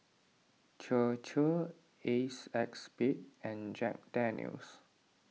Chir Chir Acexspade and Jack Daniel's